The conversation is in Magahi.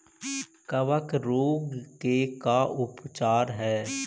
कबक रोग के का उपचार है?